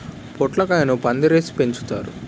పొట్లకాయలను పందిరేసి పెంచుతారు